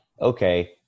okay